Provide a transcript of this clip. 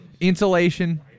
insulation